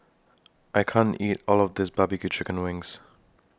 I can't eat All of This Barbecue Chicken Wings